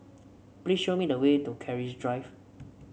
please show me the way to Keris Drive